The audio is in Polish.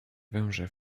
węże